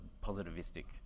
positivistic